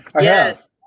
Yes